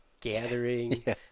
gathering